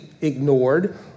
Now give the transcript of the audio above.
ignored